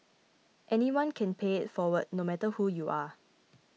anyone can pay it forward no matter who you are